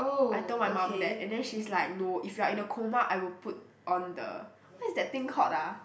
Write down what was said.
I told my mum that and then she's like no if you are in coma I will put on the what is that thing called ah